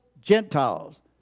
Gentiles